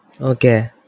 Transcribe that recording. Okay